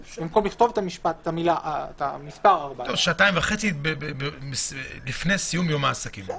16:00. שעתיים וחצי לפני סיום יום העסקים.